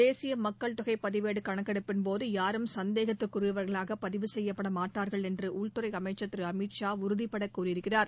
தேசிய மக்கள் தொகை பதிவேடு கணக்கெடுப்பின்போது யாரும் சந்தேகத்திற்குரியவர்களாக பதிவு செய்யப்பட மாட்டார்கள் என்று உள்துறை அமைச்சர் திரு அமித்ஷா உறுதிபட கூறியிருக்கிறார்